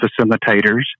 facilitators